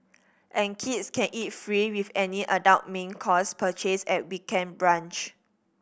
and kids can eat free with any adult main course purchase at weekend brunch